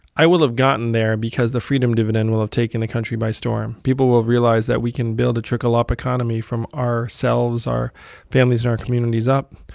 i will have gotten there because the freedom dividend will have taken the country by storm. people will realize that we can build a trickle-up economy from ourselves, our families and our communities up.